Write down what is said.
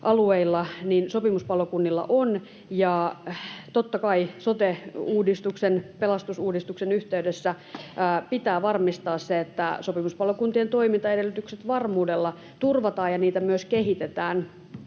alueilla sopimuspalokunnilla on. Totta kai sote-uudistuksen, pelastusuudistuksen yhteydessä pitää varmistaa se, että sopimuspalokuntien toimintaedellytykset varmuudella turvataan ja niitä myös kehitetään,